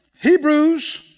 Hebrews